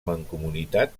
mancomunitat